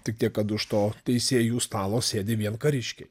tik tiek kad už to teisėjų stalo sėdi vien kariškiai